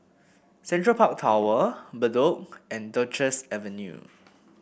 Central Park Tower Bedok and Duchess Avenue